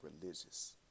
religious